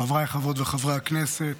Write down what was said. חבריי חברות וחברי הכנסת,